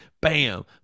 Bam